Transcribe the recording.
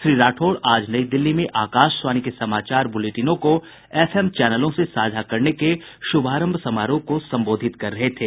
श्री राठौड़ आज नई दिल्ली में आकाशवाणी के समाचार बुलेटिनों को एफ एम चैनलों से साझा करने के शुभारंभ समारोह को संबोधित कर रहे थे